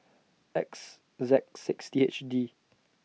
X Z six T H D